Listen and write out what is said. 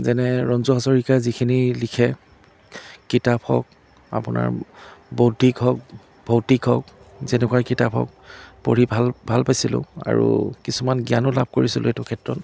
যেনে ৰঞ্জু হাজৰিকা যিখিনি লিখে কিতাপ হওক আপোনাৰ বৌদ্ধিক হওক ভৌতিক হওক যেনেকুৱাই কিতাপ হওক পঢ়ি ভাল ভাল পাইছিলোঁ আৰু কিছুমান জ্ঞানো লাভ কৰিছিলোঁ এইটো ক্ষেত্ৰত